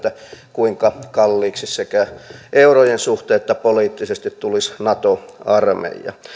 kuinka kalliiksi sekä eurojen suhteen että poliittisesti tulisi nato armeija